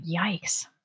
yikes